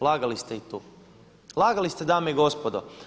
Lagali ste i tu, lagali ste dame i gospodo.